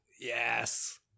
yes